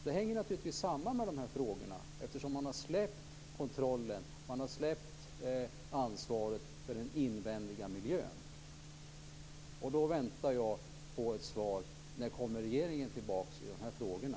Det hänger naturligtvis samman med de här frågorna, eftersom man har släppt kontrollen och släppt ansvaret för den invändiga miljön. Då väntar jag på ett svar: När kommer regeringen tillbaka i de här frågorna?